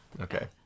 Okay